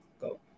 go